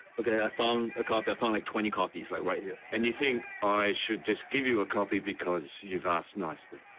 ok, i found a copy. i found like twenty copies like, right here. and you think i should just give you a copy because you've asked nicely?